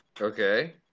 Okay